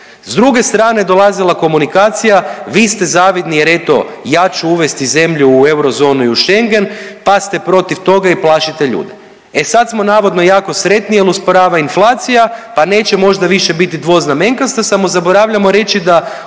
S druge strane dolazila komunikacija vi ste zavidni jer eto ja ću uvesti zemlju u eurozonu i u Schengen pa ste protiv toga i plašite ljude. E sad smo navodno jako sretni jer usporava inflacija pa neće možda više biti dvoznamenkasta samo zaboravljamo reći da